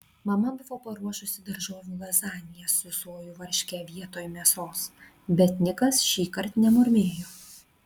mama buvo paruošusi daržovių lazaniją su sojų varške vietoj mėsos bet nikas šįkart nemurmėjo